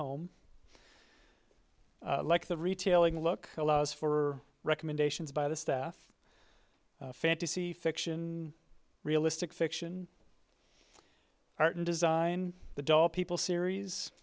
home like the retailing look allows for recommendations by the staff fantasy fiction realistic fiction art and design the doll people series